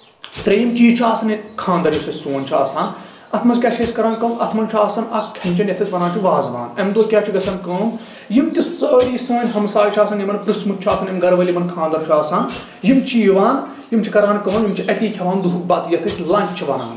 ترٛیُم چیٖز چھُ آسان ییٚلہِ خانٛدر یُس سون چھُ آسان اَتھ منٛز کیاہ چھِ أسۍ کران کٲم اَتھ منٛز چھُ آسان اکھ کھٮ۪ن چین یَتھ أسۍ وَنان چھِ واز وان اَمہِ دوہ کیاہ چھُ گژھان کٲم یِم تہِ سٲری سٲنۍ ہمسایہِ چھِ آسان یِمن پرژھمُت چھُ آسان یِم گرٕ وٲلی یِمن خانٛدر چھُ آسان یِم چھِ یِوان یِم چھِ کران کٲم یِم چھٕ أتی کھٮ۪وان دُہُک بَتہٕ یَتھ أسۍ لنٛچ چھِ وَنان